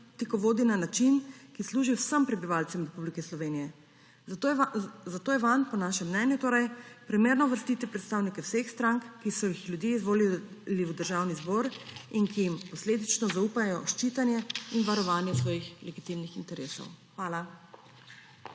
politiko vodi na način, ki služi vsem prebivalcem Republike Slovenije, zato je vanj po našem mnenju torej primerno uvrstiti predstavnike vseh strank, ki so jih ljudje izvolili v Državni zbor in ki jim posledično zaupajo ščitenje in varovanje svojih legitimnih interesov. Hvala.